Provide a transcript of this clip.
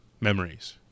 memories